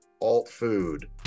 alt-food